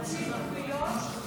נתקבלו.